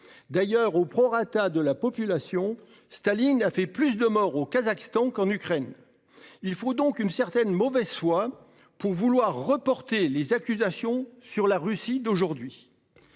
d'ailleurs au prorata de la population Staline a fait plus de morts au Kazakhstan qu'en Ukraine. Il faut donc une certaine mauvaise foi pour vouloir reporter les accusations sur la Russie d'aujourd'hui.